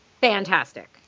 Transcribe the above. fantastic